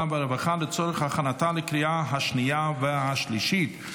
והרווחה לצורך הכנתה לקריאה השנייה והשלישית.